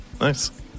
Nice